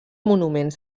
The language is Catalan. monuments